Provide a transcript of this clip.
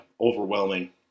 overwhelming